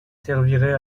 servirait